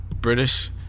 British